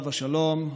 עליו השלום,